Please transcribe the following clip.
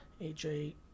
AJ